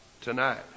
tonight